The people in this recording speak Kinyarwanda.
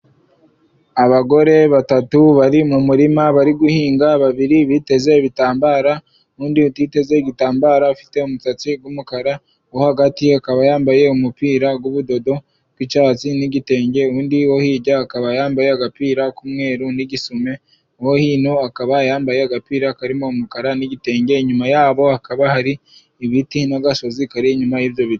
Abagore batatu bari mu murima bari guhinga, babiri biteze ibitambaro undi utiteze igitambaro ufite umusatsi wumukara, uwo hagati akaba yambaye umupira w'ubudodo w'icyatsi n'igitenge, undi wo hirya akaba yambaye agapira k'umweru n'igisume, uwo hino akaba yambaye agapira karimo umukara n'igitenge, inyuma yabo hakaba hari ibiti n'agasozi kari inyuma y'ibyo biti.